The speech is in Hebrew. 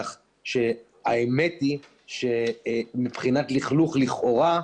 כך שהאמת היא שמבחינת לכלוך לכאורה,